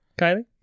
Kylie